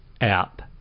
app